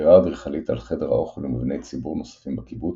סקירה אדריכלית על חדר האוכל ומבני ציבור נוספים בקיבוץ,